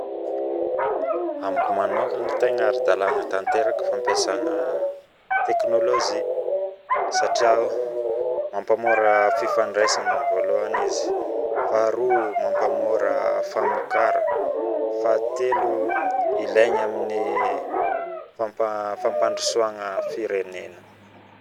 Amiko manokagna tegna aradalagna tanteraka ny fampiasagna teknolojy satria Mampamora fifandraisagna voalohany faharoa mampamora famokaragna fahatelo ilaigna fampandrosoagna firenene